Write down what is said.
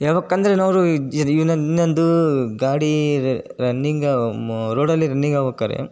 ಹೇಳ್ಬೇಕಂದ್ರೆ ಇನ್ನೊಂದು ಗಾಡಿ ರನ್ನಿಂಗ್ ಮ ರೋಡಲ್ಲಿ ರನ್ನಿಂಗ್ ಆಗ್ಬೇಕಾರೆ